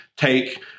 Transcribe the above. take